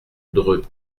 dreux